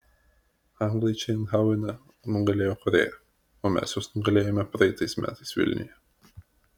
anglai čia eindhovene nugalėjo korėją o mes juos nugalėjome praeitais metais vilniuje